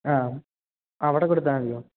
ആ അവിടെ കൊടുത്താല് മതിയോ